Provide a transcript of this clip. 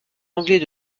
anglais